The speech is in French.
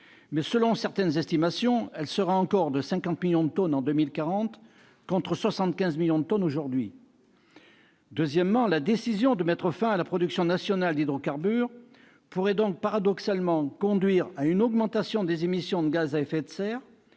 mais, selon certaines estimations, elle s'établira encore à 50 millions de tonnes en 2040, contre 75 millions de tonnes aujourd'hui. Deuxièmement, la décision de mettre fin à la production nationale d'hydrocarbures pourrait donc paradoxalement conduire à une augmentation des émissions de gaz à effet de serre,